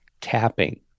tapping